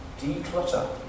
Declutter